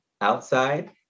outside